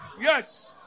Yes